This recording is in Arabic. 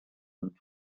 كنت